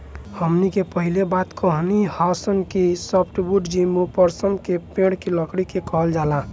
हमनी के पहिले बात कईनी हासन कि सॉफ्टवुड जिम्नोस्पर्म के पेड़ के लकड़ी के कहल जाला